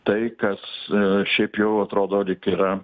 tai kas šiaip jau atrodo lyg yra